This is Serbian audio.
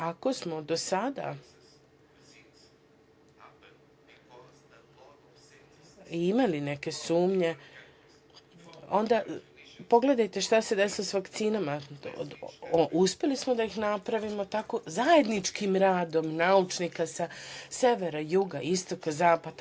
Ako smo do sada imali neke sumnje, pogledajte šta se desilo sa vakcinama, uspeli smo da ih napravimo zajedničkim radom naučnika sa severa, juga, istoka, zapada.